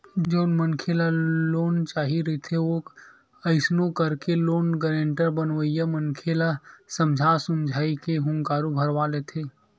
जउन मनखे ल लोन चाही रहिथे ओ कइसनो करके लोन गारेंटर बनइया मनखे ल समझा सुमझी के हुँकारू भरवा लेथे